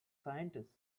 scientists